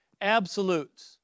absolutes